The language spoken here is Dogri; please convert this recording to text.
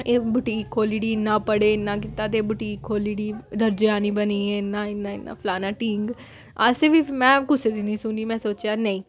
एह् बुटीक खोह्ली ओड़ी इन्ना पढ़े इन्ना कीता ते एह् बुटीक खोह्ली ओड़ी दरजेआनी बनी गेई इ'यां इ'यां इ'यां फलाना टींग असें बी में कुसै दी निं सुनी में सोचेआ नेईं